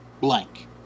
blank